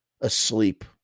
asleep